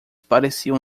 pareciam